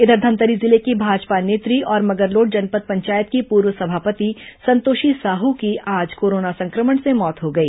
इधर धमतरी जिले की भाजपा नेत्री और मगरलोड जनपद पंचायत की पूर्व सभापति संतोषी साहू की आज कोरोना संक्रमण से मौत हो गई